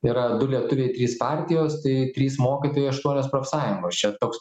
yra du lietuviai trys partijos tai trys mokytojai aštuonios profsąjungos čia toks